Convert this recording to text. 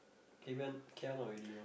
K_L not really you know